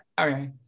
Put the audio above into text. Okay